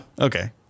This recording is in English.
Okay